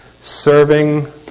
Serving